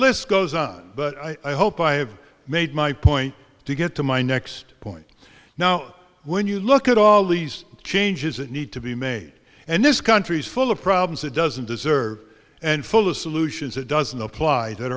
list goes on but i hope i have made my point to get to my next point now when you look at all these changes that need to be made and this country's full of problems it doesn't deserve and full of solutions it doesn't apply that